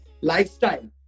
lifestyle